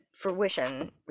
fruition